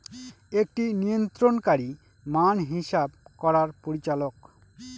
একটি নিয়ন্ত্রণকারী মান হিসাব করার পরিচালক